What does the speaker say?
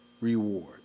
reward